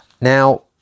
Now